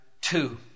two